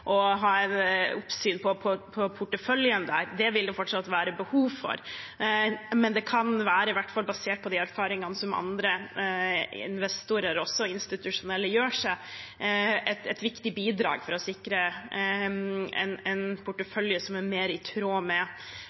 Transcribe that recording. ha oppsyn med porteføljen der. Det vil det fortsatt være behov for. Men det kan være – i hvert fall basert på de erfaringene andre investorer, også institusjonelle, gjør seg – et viktig bidrag for å sikre en portefølje som er mer i tråd med